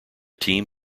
team